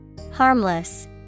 Harmless